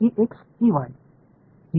बरोबर